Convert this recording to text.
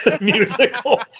musical